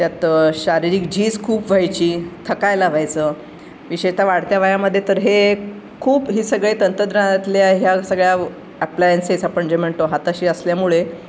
त्यात शारीरिक झीज खूप व्हायची थकायला व्हायचं विशेषतः वाढत्या वयामध्ये तर हे खूप ही सगळे तंत्रज्ञानातले आहे ह्या सगळ्या ॲप्लायन्सेस आपण जे म्हणतो हाताशी असल्यामुळे